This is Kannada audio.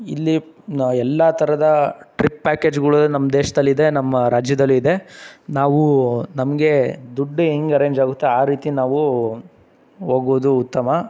ಇಲ್ಲಿ ಎಲ್ಲ ಥರದ ಟ್ರಿಪ್ ಪ್ಯಾಕೇಜ್ಗಳು ನಮ್ಮ ದೇಶದಲ್ಲಿದೆ ನಮ್ಮ ರಾಜ್ಯದಲ್ಲೂ ಇದೆ ನಾವು ನಮಗೆ ದುಡ್ಡು ಹೆಂಗ್ ಅರೇಂಜ್ ಆಗುತ್ತೋ ಆ ರೀತಿ ನಾವು ಹೋಗೋದು ಉತ್ತಮ